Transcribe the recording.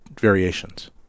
variations